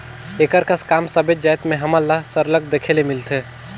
एकर कस काम सबेच जाएत में हमन ल सरलग देखे ले मिलथे